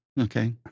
Okay